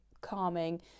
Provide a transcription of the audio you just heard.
calming